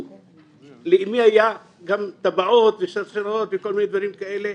לאמי היו גם טבעות ושרשראות וכל מיני דברים כאלה,